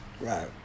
Right